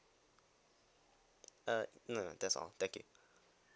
uh no that's all thank you